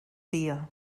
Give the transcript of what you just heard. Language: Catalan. dia